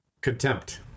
Contempt